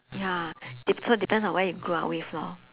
ya de~ so depends on where you grow up with lor